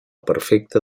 perfecte